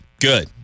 Good